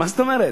מה זאת אומרת?